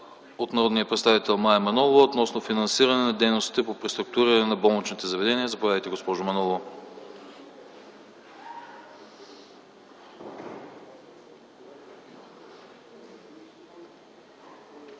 от народния представител Мая Манолова относно финансиране на дейностите по преструктуриране на болничните заведения. Заповядайте, госпожо Манолова.